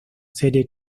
serie